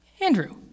Andrew